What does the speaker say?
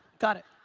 got it.